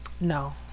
No